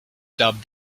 dubbed